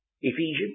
Ephesians